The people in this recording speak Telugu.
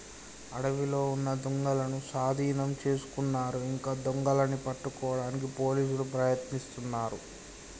అడవిలో ఉన్న దుంగలనూ సాధీనం చేసుకున్నారు ఇంకా దొంగలని పట్టుకోడానికి పోలీసులు ప్రయత్నిస్తున్నారు